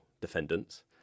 defendants